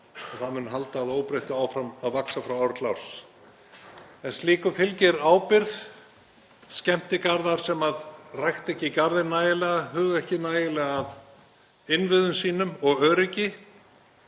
og það mun að óbreyttu halda áfram að vaxa frá ári til árs. En slíku fylgir ábyrgð. Skemmtigarðar sem rækta ekki garðinn nægilega, huga ekki nægilega að innviðum sínum og öryggi,